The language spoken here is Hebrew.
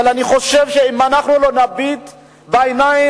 אבל אני חושב שאם אנחנו לא נביט בעיניים